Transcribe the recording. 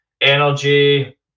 energy